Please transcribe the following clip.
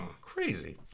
crazy